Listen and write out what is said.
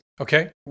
Okay